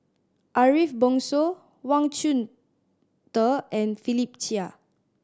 Ariff Bongso Wang Chunde and Philip Chia